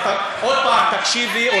עוד פעם, תקשיבי.